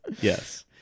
yes